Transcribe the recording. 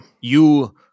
you-